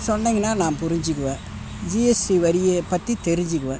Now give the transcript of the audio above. சொன்னிங்கன்னால் நான் புரிஞ்சுக்குவேன் ஜிஎஸ்டி வரியை பற்றி தெரிஞ்சுக்குவேன்